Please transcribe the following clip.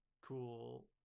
cool